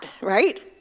right